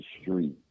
street